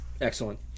excellent